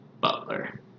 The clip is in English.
Butler